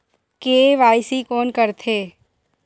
KYC कोन करथे?